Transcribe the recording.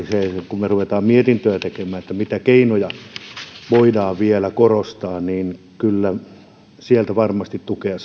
kun me rupeamme mietintöä tekemään liittyen siihen mitä keinoja voidaan vielä korostaa niin kyllä sieltä varmasti tukea